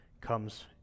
comes